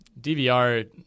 DVR